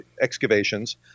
excavations